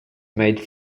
made